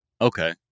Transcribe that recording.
Okay